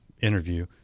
interview